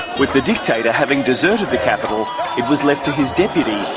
with the dictator having deserted the capital it was left to his deputy,